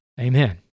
Amen